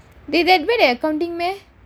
accounting meh